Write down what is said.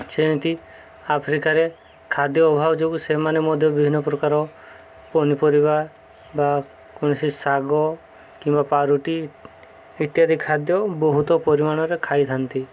ସେମିତି ଆଫ୍ରିକାରେ ଖାଦ୍ୟ ଅଭାବ ଯୋଗୁଁ ସେମାନେ ମଧ୍ୟ ବିଭିନ୍ନ ପ୍ରକାର ପନିପରିବା ବା କୌଣସି ଶାଗ କିମ୍ବା ପାଉଁରୁଟି ଇତ୍ୟାଦି ଖାଦ୍ୟ ବହୁତ ପରିମାଣରେ ଖାଇଥାନ୍ତି